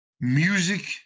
music